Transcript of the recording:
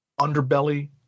underbelly